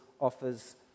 offers